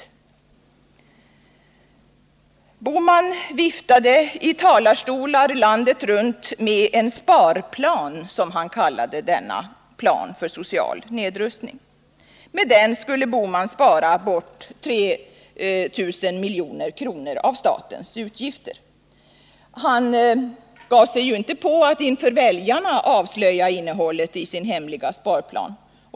Gösta Bohman viftade i talarstolar landet runt med en sparplan, som han kallade denna plan för social nedrustning. Med den skulle Gösta Bohman spara bort 3 000 milj.kr. av statens utgifter. Han gav sig inte in på att inför väljarna avslöja innehållet i sin hemliga sparplan.